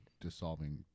dissolving